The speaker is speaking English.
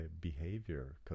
behavior